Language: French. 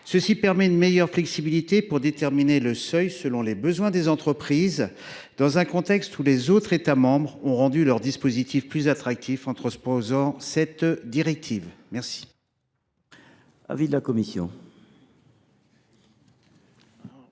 de permettre une meilleure flexibilité pour déterminer le seuil selon les besoins des entreprises, dans un contexte où les autres États membres ont rendu leur dispositif plus attractif en transposant cette directive. Quel